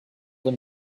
him